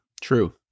True